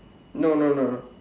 no no no no